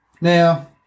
Now